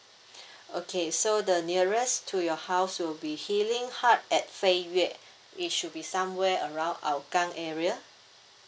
okay so the nearest to your house will be healing heart at fei yue it should be somewhere around hougang area